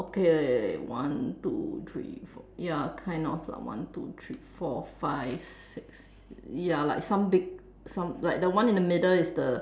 okay wait wait wait one two three four ya kind of lah one two three four five six ya like some big some like the one in the middle is the